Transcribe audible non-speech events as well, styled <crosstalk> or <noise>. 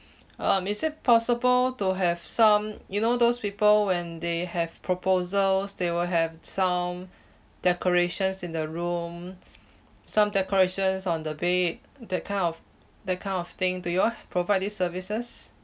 um is it possible to have some you know those people when they have proposals they will have some decorations in the room some decorations on the bed that kind of that kind of thing do you all <breath> provide these services